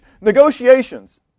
negotiations